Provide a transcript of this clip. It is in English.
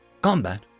combat